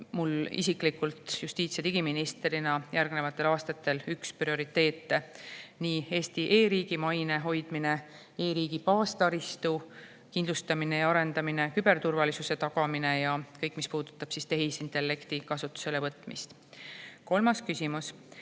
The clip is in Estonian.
mul isiklikult justiits- ja digiministrina järgnevatel aastatel üks prioriteete: Eesti e-riigi maine hoidmine, e-riigi baastaristu kindlustamine ja arendamine, küberturvalisuse tagamine ja kõik, mis puudutab tehisintellekti kasutusele võtmist. Kolmas küsimus: